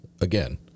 again